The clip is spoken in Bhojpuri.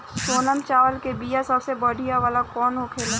सोनम चावल के बीया सबसे बढ़िया वाला कौन होखेला?